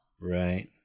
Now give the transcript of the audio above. Right